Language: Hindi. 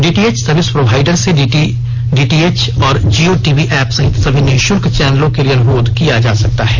डीटीएच सर्विस प्रोवाइडर से डीडी डीटीएच और जियो टीवी ऐप सहित सभी निःशुल्क चैनलों के लिए अनुरोध किया जा सकता है